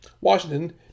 Washington